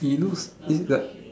it looks is it like